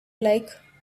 like